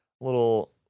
little